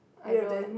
do you have that